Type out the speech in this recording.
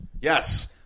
Yes